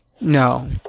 No